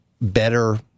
better